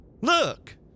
Look